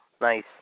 Nice